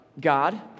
God